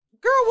girl